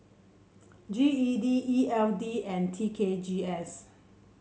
G E D E L D and T K G S